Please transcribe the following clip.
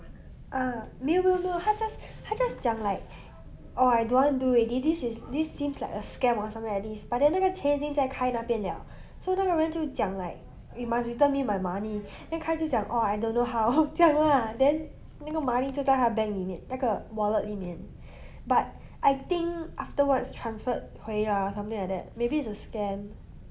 ah 没有没有没有他 just 他 just 讲 like oh I don't want to do already this is this seems like a scam or something like this but then 那个钱已经在 kai 那么了 so 那个人就讲 like you must return me my money then kai 就讲 oh I don't know how 这样 lah then 那个 money 就这样在那个 wallet 里面 but I think afterwards transferred 回了 or something like that maybe it's a scam